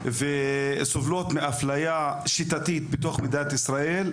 שסובלות מאפליה שיטתית בתוך מדינת ישראל,